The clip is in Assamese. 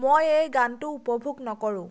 মই এই গানটো উপভোগ নকৰোঁ